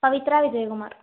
Pavithra Vijayakumar